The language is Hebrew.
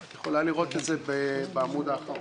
את יכולה לראות את זה בעמוד האחרון.